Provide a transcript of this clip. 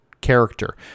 character